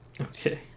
Okay